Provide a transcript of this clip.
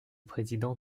présidents